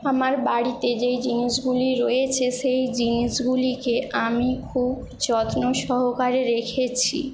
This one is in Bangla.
আমার বাড়িতে যেই জিনিসগুলি রয়েছে সেই জিনিসগুলিকে আমি খুব যত্ন সহকারে রেখেছি